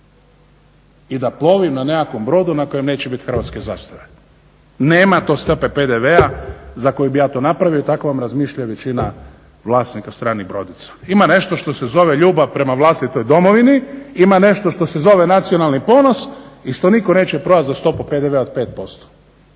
i da plovim na nekakvom brodu na kojem neće biti hrvatske zastave, nema te stope PDV-a za koju bi ja to napravio, i tako vam razmišlja većina vlasnika stranih brodica. Ima nešto što se zove ljubav prema vlastitoj domovini, ima nešto što se zove nacionalni ponos, i što nitko neće prodati za stopu PDV-a od 5%.